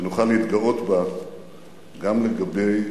שנוכל להתגאות בה גם לגבי